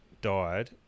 died